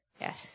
yes